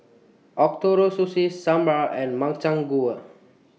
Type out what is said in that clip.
Ootoro Sushi Sambar and Makchang Gui